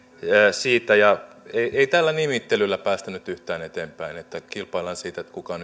siitä ei tällä nimittelyllä päästä nyt yhtään eteenpäin että kilpaillaan siitä kuka on